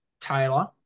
Taylor